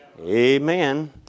Amen